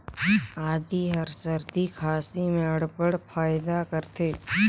आदी हर सरदी खांसी में अब्बड़ फएदा करथे